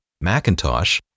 Macintosh